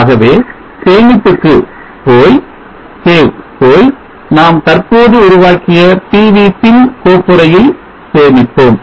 ஆகவே சேமிப்புக்கு போய் நாம் தற்போது உருவாக்கிய PV sim கோப்புறையில் சேமிப்போம்